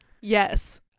Yes